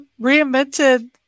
reinvented